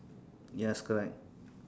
yes correct